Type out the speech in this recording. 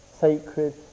sacred